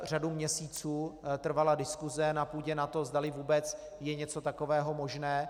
Řadu měsíců trvala diskuse na půdě NATO, zdali vůbec je něco takového možné.